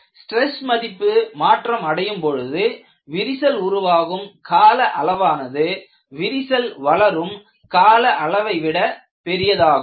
stress மதிப்பு மாற்றம் அடையும் பொழுது விரிசல் உருவாகும் கால அளவானது விரிசல் வளரும் கால அளவை விட பெரியதாகும்